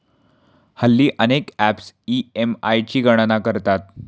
हल्ली अनेक apps EMI ची गणना करतात